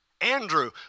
Andrew